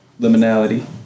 liminality